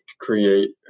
create